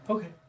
Okay